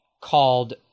called